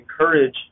encourage